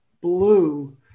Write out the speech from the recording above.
Blue